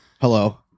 hello